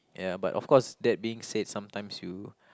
ya but of course that being said sometimes you